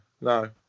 no